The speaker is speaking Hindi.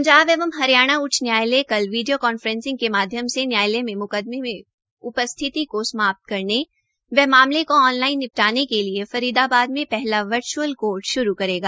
पंजाब एवं हरियाणा उच्च न्यायालय कल वीडियो कान्फ्रेंस के माध्यम से न्यायालय में म्कदमे में उपस्थिति को समाप्त करने व मामले को ऑनलाइन निपटाने के लिए फरीदाबाद में पहला वर्च्अल कोर्ट श्रू करेगा